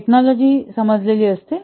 technology समजलेली असते